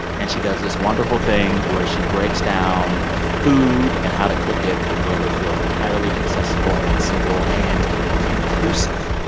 and she does this wonderful thing where she breaks down food and how to cook it in a way that feels entirely accessible and simple and inclusive.